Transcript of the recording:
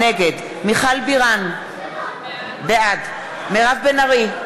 נגד מיכל בירן, בעד מירב בן ארי,